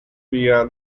via